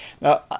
Now